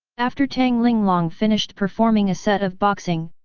after tang linglong finished performing a set of boxing,